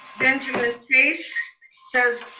benjamin pace says,